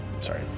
sorry